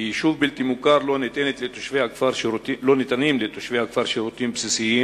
כיישוב בלתי מוכר לא ניתנים לתושבי הכפר שירותים בסיסיים,